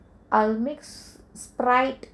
I'll mix sprite